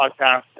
podcast